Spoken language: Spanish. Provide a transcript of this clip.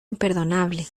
imperdonable